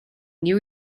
new